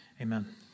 Amen